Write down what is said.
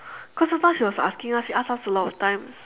cause just now she was asking us she ask us a lot of times